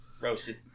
Roasted